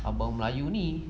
abang melayu ni